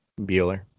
Bueller